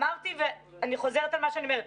אמרתי ואני חוזרת על מה שאני אומרת.